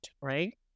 right